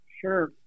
Sure